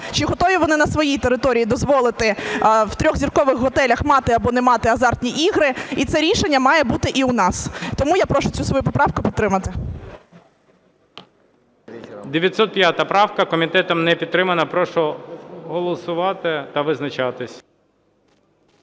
чи готові вони на своїй території дозволити в 3-зіркових готелях мати або не мати азартні ігри. І це рішення має бути і у нас. Тому я прошу цю свою поправку підтримати. ГОЛОВУЮЧИЙ. 905 правка. Комітетом не підтримана. Прошу голосувати та визначатись.